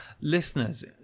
listeners